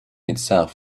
itself